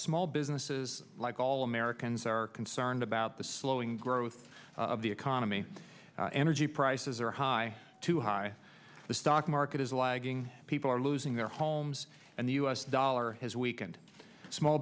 small businesses like all americans are concerned about the slowing growth of the economy energy prices are high too high the stock market is lagging people are losing their homes and the u s dollar has weakened small